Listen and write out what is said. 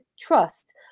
trust